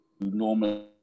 normally